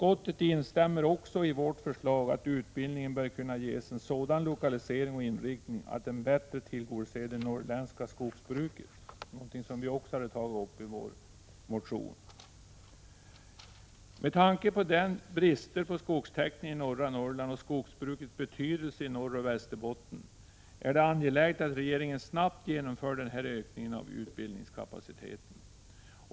1986/87:131 vårt förslag i motionen att utbildningen bör kunna ges en sådan lokalisering 26 maj 1987 och inriktning att den bättre tillgodoser det norrländska skogsbruket. Med tanke på bristen på skogstekniker i norra Norrland och skogsbrukets betydelse i Norrbotten och Västerbotten är det angeläget att regeringen snabbt genomför denna utökning av utbildningskapaciteten.